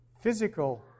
physical